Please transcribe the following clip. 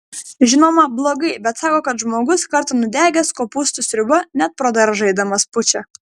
žinoma blogai bet sako kad žmogus kartą nudegęs kopūstų sriuba net pro daržą eidamas pučia